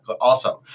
Awesome